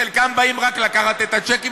חלקם באים רק לקחת את הצ'קים,